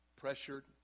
pressured